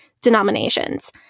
denominations